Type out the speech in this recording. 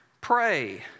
pray